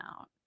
out